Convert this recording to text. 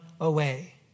away